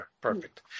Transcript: Perfect